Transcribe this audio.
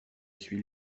suis